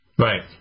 Right